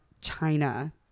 China